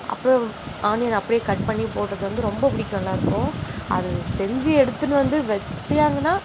அப்புறம் ஆனியன் அப்டேயே கட் பண்ணி போட்டது வந்து ரொம்ப பிடிக்கும் எல்லோருக்கும் அது செஞ்சு எடுத்துகின்னு வந்து வச்சியாங்கன்னா